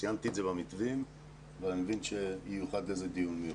ציינתי את זה במתווים ואני מבין שייוחד לזה דיון מיוחד.